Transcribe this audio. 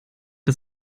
das